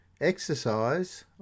exercise